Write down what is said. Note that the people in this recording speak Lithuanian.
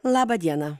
labą dieną